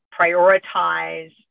prioritize